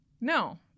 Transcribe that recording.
No